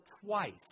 twice